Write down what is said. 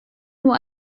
nur